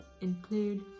include